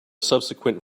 subsequent